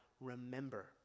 remember